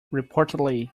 reportedly